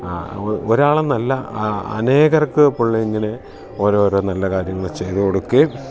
ഒരാൾ എന്നല്ല അനേകർക്ക് പുള്ളി ഇങ്ങനെ ഓരോ ഓരോ നല്ല കാര്യങ്ങൾ ചെയ്തു കൊടുക്കും